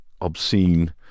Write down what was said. obscene